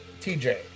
tj